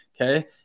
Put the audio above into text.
Okay